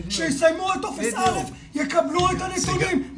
שיסיימו את טופס א', יקבלו את הנתונים.